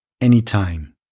anytime